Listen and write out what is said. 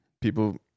people